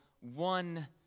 one